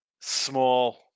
small